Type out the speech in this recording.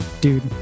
dude